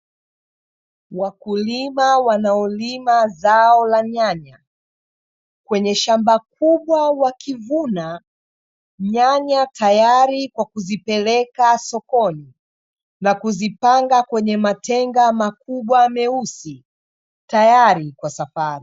Wakulima wanaolima zao la nyanya, kwenye shamba kubwa wakivuna nyanya, tayari kwa kuzipeleka sokoni na kuzipanga kwenye matenga makubwa meusi, tayari kwa safari.